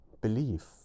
Belief